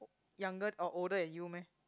younger or older than you meh